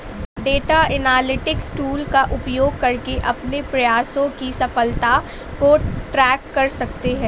data analytics tool का उपयोग करके अपने प्रयासों की सफलता को ट्रैक कर सकते है